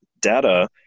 data